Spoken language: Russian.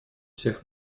всех